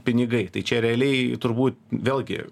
pinigai tai čia realiai turbūt vėlgi